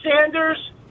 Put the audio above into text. Sanders